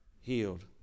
healed